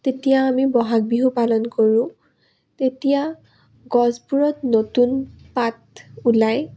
তেতিয়া আমি বহাগ বিহু পালন কৰোঁ তেতিয়া গছবোৰত নতুন পাত ওলায়